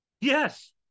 yes